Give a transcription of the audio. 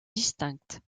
distincte